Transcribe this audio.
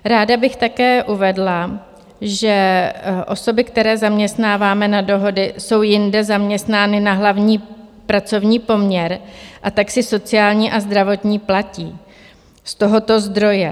Ráda bych také uvedla, že osoby, které zaměstnáváme na dohody, jsou jinde zaměstnány na hlavní pracovní poměr, a tak si sociální a zdravotní platí z tohoto zdroje.